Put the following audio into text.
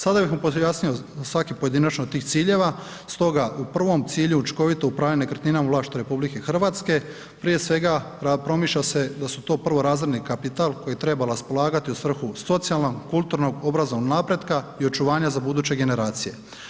Sada bih pojasnio svaki pojedinačno od tih ciljeva stoga u prvom cilju učinkovito upravljanje nekretnina u vlasništvu RH, prije svega, promišlja se da su to prvorazredni kapital koji treba raspolagati u svrhu socijalnog, kulturnog, obrazovnog napretka i očuvanja za buduće generacije.